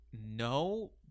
no